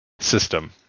system